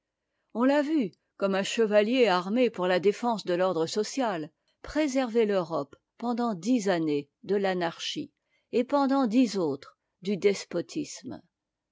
on l'a vue comme un chevalier armé pour la défense de l'ordre social préserver l'europé pendant dix années dé l'anarchie et pendant dix autres du despotisme